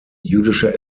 jüdischer